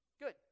Good